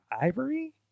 Ivory